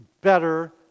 better